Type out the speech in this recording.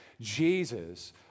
Jesus